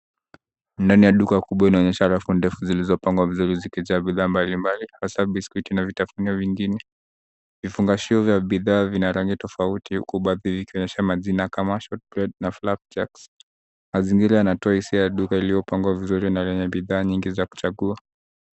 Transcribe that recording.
Ndani ya duka kubwa inaonyesha rafu refu zilizopangwa vizuri zikijaa bidhaa mbali mbali has biskuti na vitafuno vingine vingi. vifungashio vya bidhaa vina rangi tofauti huku baadhi yake ikiwa na majina kama shortbread na flap jacks kazi hii inatoa hisia ya duka iliyopangwa vizuri na yenye bidhaa nyingi za kuchagua.